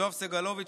יואב סגלוביץ',